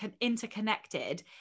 interconnected